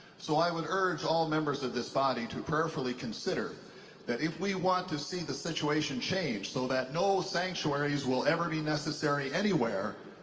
so i would urge all members of this body to prayerfully consider that if we want to see the situation changed so that no sanctuaries will ever be necessary anywhere,